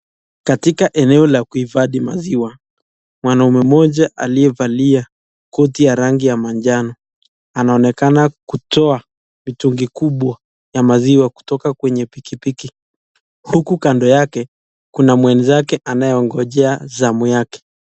Katika eneo la kuhifadhi maziwa mwanaume mmoja aliyevalia koti ya rangi ya manjano anaonekana kutoa mitungi kubwa ya maziwa kutoka kwenye pikipiki huku kando yake kuna mwenzake anayengojea zamu yake.